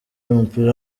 y’umupira